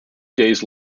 days